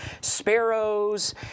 sparrows